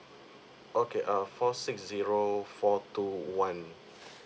okay uh four six zero four two one